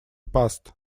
past